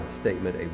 statement